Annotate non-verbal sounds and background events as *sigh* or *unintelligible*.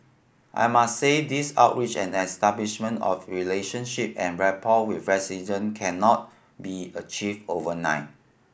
I must say these outreach and establishment of relationship and rapport with *unintelligible* cannot be achieved overnight